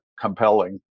compelling